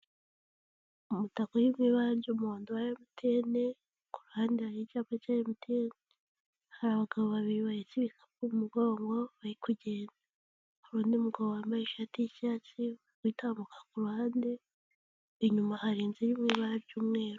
Umutaka uri mu ibara ry'umuhondo wa MTN, ku ruhande hari icyapa cya MTN hari abagabo babiri bahetse ibikapu mu mugongo bari kugenda, hari undi mugabo wambaye ishati y'icyatsi uri gutambuka ku ruhande, inyuma hari inzu iri mu ibara ry'umweru.